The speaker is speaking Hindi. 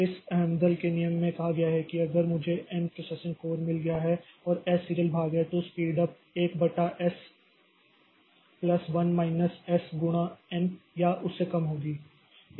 तो इस Amdahl के नियम में कहा गया है कि अगर मुझे N प्रोसेसिंग कोर मिल गया है और S सीरियल भाग है तो स्पीड उप 1 बटा S प्लस 1 माइनस S गुणा N या उससे कम होगी